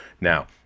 Now